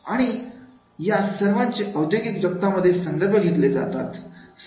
आणि या सर्वांचे औद्योगिक जगतामध्ये संदर्भ घेतले जातात